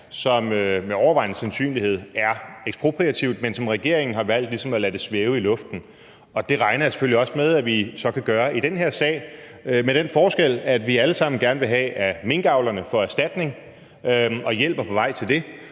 som med overvejende sandsynlighed er ekspropriativt, men regeringen har valgt ligesom at lade det svæve i luften. Det regner jeg selvfølgelig også med at vi kan gøre i den her sag med den forskel, at vi alle sammen gerne vil have, at minkavlerne får erstatning, og hjælper med til det.